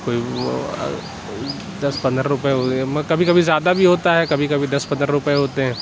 کوئی وہ آ دس پندرہ روپے ہوئے میں کبھی کبھی زیادہ بھی ہوتا ہے کبھی کبھی دس پندر روپے ہوتے ہیں